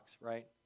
right